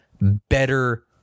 better